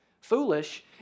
foolish